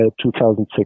2006